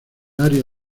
área